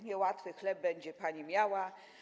Niełatwy chleb będzie pani miała.